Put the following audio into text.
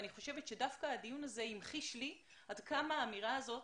אני חושבת שדווקא הדיון הזה המחיש לי עד כמה האמירה הזאת,